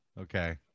Okay